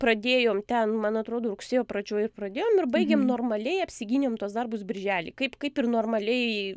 pradėjom ten man atrodo rugsėjo pradžioj ir pradėjom ir baigėm normaliai apsigynėm tuos darbus birželį kaip kaip ir normaliai